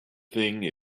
thing